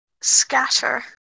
Scatter